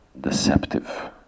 deceptive